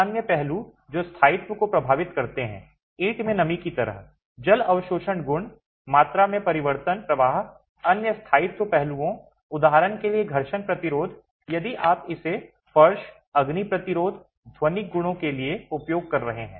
और अन्य पहलू जो स्थायित्व को प्रभावित करते हैं ईंट में नमी की तरह जल अवशोषण गुण मात्रा में परिवर्तन प्रवाह अन्य स्थायित्व पहलुओं उदाहरण के लिए घर्षण प्रतिरोध यदि आप इसे फ़र्श अग्नि प्रतिरोध और ध्वनिक गुणों के लिए उपयोग कर रहे हैं